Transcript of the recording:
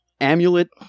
amulet